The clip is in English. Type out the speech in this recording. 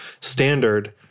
Standard